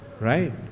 right